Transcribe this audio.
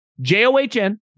J-O-H-N